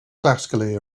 classical